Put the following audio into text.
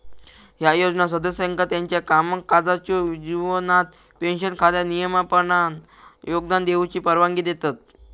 ह्या योजना सदस्यांका त्यांच्यो कामकाजाच्यो जीवनात पेन्शन खात्यात नियमितपणान योगदान देऊची परवानगी देतत